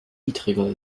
niedriger